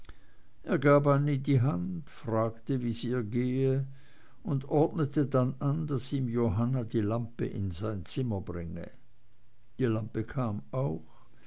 er gab annie die hand fragte wie's ihr gehe und ordnete dann an daß ihm johanna die lampe in sein zimmer bringe die lampe kam auch